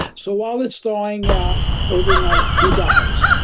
so, while it's thawing out overnight, he dies.